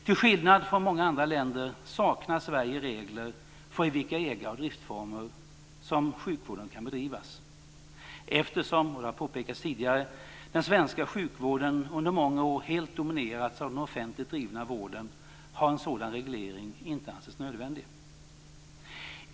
Till skillnad från många andra länder saknar Sverige regler för i vilka ägar och driftformer som sjukvården kan bedrivas. Eftersom den svenska sjukvården, vilket har påpekats tidigare, under många år helt dominerats av den offentligt drivna vården har en sådan reglering inte ansetts nödvändig.